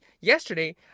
yesterday